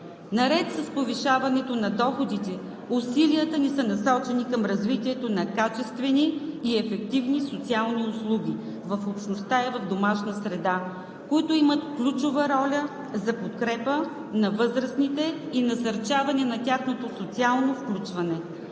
Наред с повишаването на доходите усилията ни са насочени към развитието на качествени и ефективни социални услуги в общността и в домашна среда, които имат ключова роля за подкрепа на възрастните хора и насърчаване на тяхното социално включване.